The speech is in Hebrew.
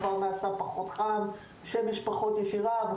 כשנעשה פחות חם והשמש פחות ישירה.